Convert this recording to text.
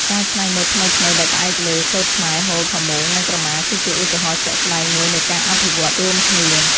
ការច្នៃម៉ូដថ្មីៗដែលផ្អែកលើ សូត្រខ្មែរ ហូល ផាមួង និងក្រមា គឺជាឧទាហរណ៍ជាក់ស្តែងមួយនៃការអភិវឌ្ឍរួមគ្នា។